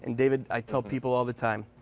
and david, i tell people all the time,